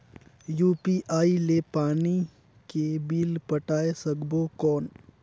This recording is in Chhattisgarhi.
यू.पी.आई ले पानी के बिल पटाय सकबो कौन?